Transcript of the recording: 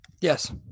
Yes